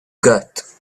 got